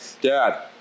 dad